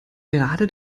gerade